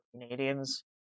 Canadians